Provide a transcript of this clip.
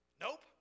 nope